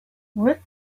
with